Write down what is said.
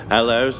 Hello